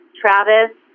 Travis